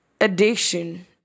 addiction